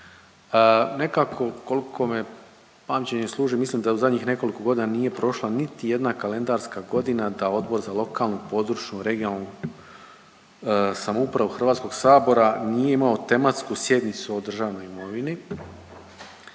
Nekako kolko me pamćenje služi mislim da u zadnjih nekoliko godina nije prošla niti jedna kalendarska godina da Odbor za lokalnu, područnu i regionalnu samoupravu HS nije imao tematsku sjednicu o državnoj imovini